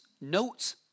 note